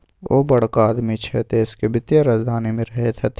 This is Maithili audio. ओ बड़का आदमी छै देशक वित्तीय राजधानी मे रहैत छथि